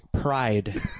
Pride